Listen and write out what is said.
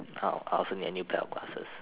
orh I also need a new pair of glasses